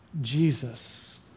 Jesus